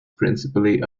principally